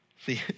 See